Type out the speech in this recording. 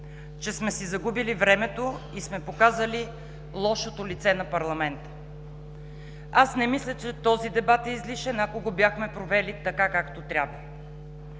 че сме си загубили времето и сме показали лошото лице на парламента. Аз не мисля, че този дебат е излишен, ако го бяхме провели както трябва.